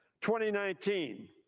2019